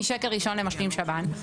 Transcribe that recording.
משקל ראשון למשלים שב"ן,